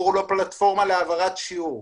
זו לא פלטפורמה להעברת שיעור.